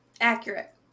Accurate